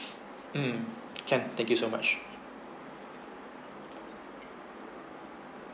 mm can thank you so much